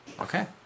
Okay